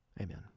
Amen